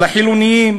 לחילונים,